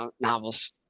novels